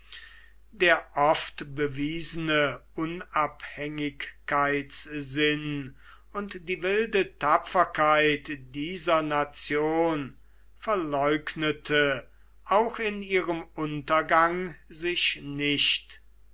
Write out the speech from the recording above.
der oft bewiesene unabhängigkeitssinn und die wilde tapferkeit dieser nation verleugnete auch in ihrem untergang sich nicht